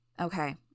Okay